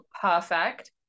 perfect